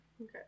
Okay